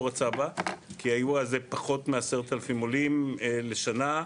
רצה בה כי היו אז פחות מ-10,000 עולים לשנה,